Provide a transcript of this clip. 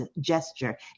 gesture